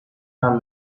are